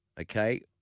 Okay